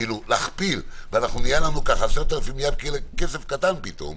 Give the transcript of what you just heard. להכפיל, 10,000 נהיה כסף קטן פתאום.